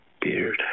beard